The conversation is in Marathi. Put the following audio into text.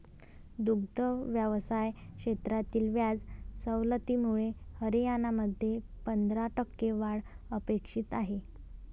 दुग्ध व्यवसाय क्षेत्रातील व्याज सवलतीमुळे हरियाणामध्ये पंधरा टक्के वाढ अपेक्षित आहे